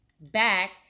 back